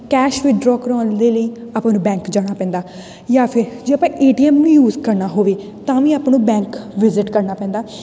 cash withdraw ਕਰਾਉਣ ਦੇ ਲਈ ਆਪਾਂ ਨੂੰ ਬੈਂਕ ਜਾਣਾ ਪੈਂਦਾ ਜਾਂ ਫਿਰ ਜੇ ਆਪਾਂ ਏ ਟੀ ਐੱਮ ਨੂੰ ਯੂਜ ਕਰਨਾ ਹੋਵੇ ਤਾਂ ਵੀ ਆਪਾਂ ਨੂੰ ਬੈਂਕ ਵਿਜਿਟ ਕਰਨਾ ਪੈਂਦਾ